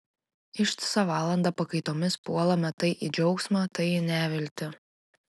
ištisą valandą pakaitomis puolame tai į džiaugsmą tai į neviltį